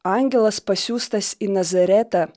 angelas pasiųstas į nazaretą